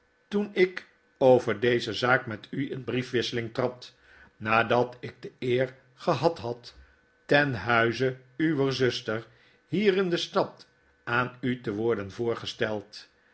toen ik over deze zaak met u in briefwisseling trad nadat ik de eer gehad had ten huize uwer zuster hier in de stad aan u te worden voorgesteld